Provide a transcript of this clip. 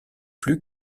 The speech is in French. plus